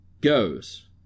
goes